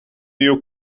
you